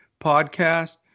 podcast